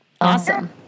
Awesome